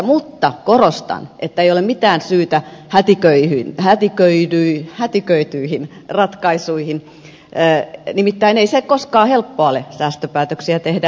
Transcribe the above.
mutta korostan että ei ole mitään syytä hätiköityihin ratkaisuihin nimittäin ei se koskaan helppoa ole säästöpäätöksiä tehdä